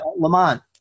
Lamont